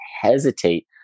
hesitate